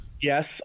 Yes